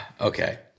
okay